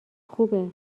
خوبه